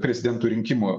prezidento rinkimų